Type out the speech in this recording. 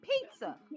pizza